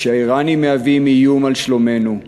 כשהאיראנים מהווים איום על שלומנו,